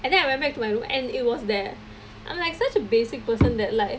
and then I went back to my room and it was there I'm like such a basic person that like